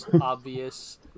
obvious